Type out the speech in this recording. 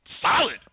solid